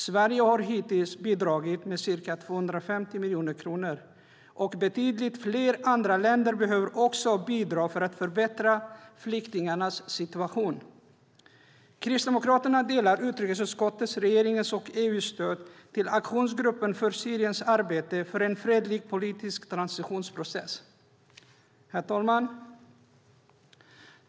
Sverige har hittills bidragit med ca 250 miljoner kronor, och betydligt fler andra länder behöver också bidra för att förbättra flyktingarnas situation. Kristdemokraterna delar utrikesutskottets, regeringens och EU:s stöd till Aktionsgruppen för Syriens arbete för en fredlig, politisk transitionsprocess. Herr talman!